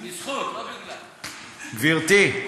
גברתי.